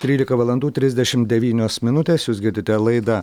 trylika valandų trisdešim devynios minutės jūs girdite laidą